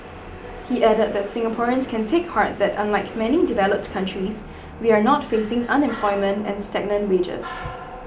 he added that Singaporeans can take heart that unlike many developed countries we are not facing unemployment and stagnant wages